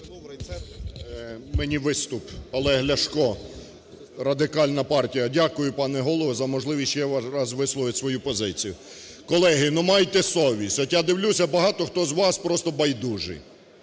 Мені виступ, Олег Ляшко, Радикальна партія. Дякую, пане Голово, за можливість ще раз висловити свою позицію. Колеги, майте совість, от я дивлюся, багато хто з вас просто байдужий.